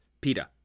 PETA